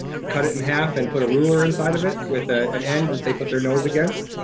cut it in half, and put a ruler inside of it with ah an end that they put their nose against.